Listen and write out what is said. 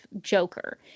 Joker